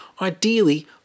ideally